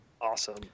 Awesome